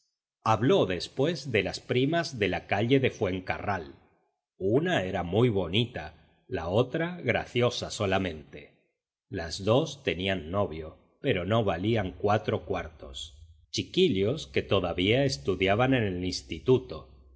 habló después de las primas de la calle de fuencarral una era muy bonita la otra graciosa solamente las dos tenían novio pero no valían cuatro cuartos chiquillos que todavía estudiaban en el instituto